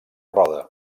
roda